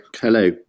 Hello